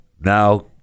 now